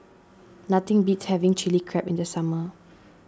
nothing beats having Chili Crab in the summer